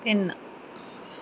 ਤਿੰਨ